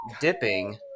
dipping